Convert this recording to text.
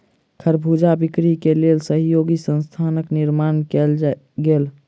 खरबूजा बिक्री के लेल सहयोगी संस्थानक निर्माण कयल गेल